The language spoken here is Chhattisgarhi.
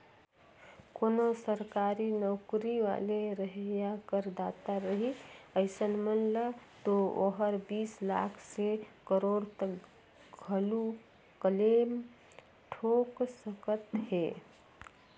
कोनो सरकारी नौकरी वाले रही या करदाता रही अइसन मन ल तो ओहर बीस लाख से करोड़ो तक घलो क्लेम ठोक सकत हे